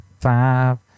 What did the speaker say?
five